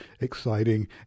exciting